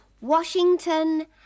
Washington